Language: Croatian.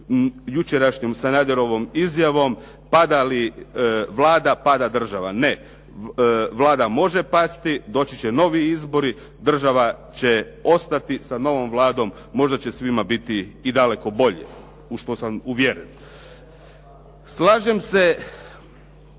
jučerašnjom Sanaderovom izjavom, pada li Vlada, pada država. Ne. Vlada može pasti, doći će novi izbori, država će ostati sa novom Vladom. Možda će svima biti i daleko bolje, u što sam uvjeren. Slažem se